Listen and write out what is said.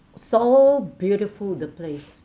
so beautiful the place